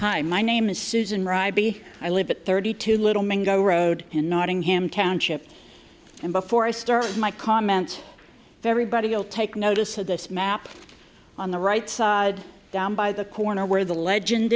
to i my name is susan wright b i live at thirty two little mango road in nottingham township and before i start my comment everybody will take notice of this map on the right side down by the corner where the legend